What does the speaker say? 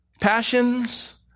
passions